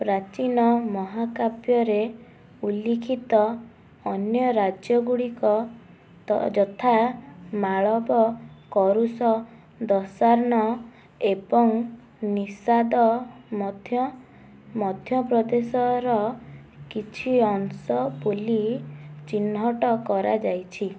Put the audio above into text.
ପ୍ରାଚୀନ ମହାକାବ୍ୟରେ ଉଲ୍ଲେଖିତ ଅନ୍ୟ ରାଜ୍ୟ ଗୁଡ଼ିକ ତ ଯଥା ମାଳପ କଳୁଷ ଦଶାର୍ଣ୍ଣ ଏବଂ ନିଶାଦ ମଧ୍ୟ ମଧ୍ୟପ୍ରଦେଶର କିଛି ଅଂଶ ବୁଲି ଚିହ୍ନଟ କରାଯାଇଛି